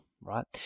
right